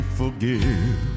forgive